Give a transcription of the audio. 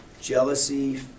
jealousy